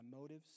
motives